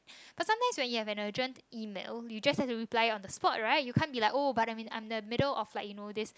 cause sometimes when you have an urgent email you just have to reply it on the spot right you can't be like oh but I'm in I'm in the middle of you know this